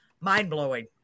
mind-blowing